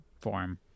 form